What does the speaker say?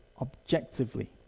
objectively